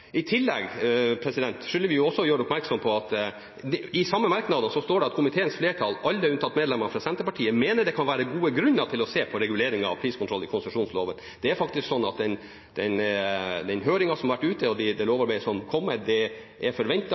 i saken. I tillegg skylder vi også å gjøre oppmerksom på at i de samme merknader står det: «Komiteens flertall, alle unntatt medlemmet fra Senterpartiet, mener det kan være gode grunner til å se på reguleringen av priskontrollen i konsesjonsloven.» Det er faktisk sånn at den høringen som har vært, og det lovarbeidet som kommer, er forventet, og det ser man fram til. Og jeg mener ennå at det ikke er